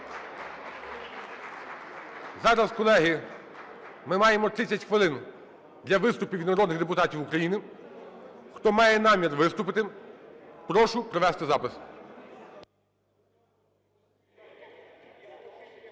Зараз, колеги, ми маємо 30 хвилин для виступів від народних депутатів України. Хто має намір виступити, прошу провести запис.